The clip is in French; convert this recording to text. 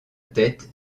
tête